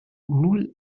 null